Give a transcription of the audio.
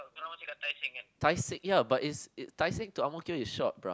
Tai-Seng ya it's it's Tai-Seng to Ang-Mo-Kio is short bro